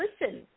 listen